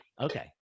Okay